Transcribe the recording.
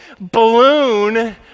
balloon